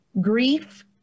grief